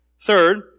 Third